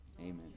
Amen